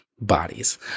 bodies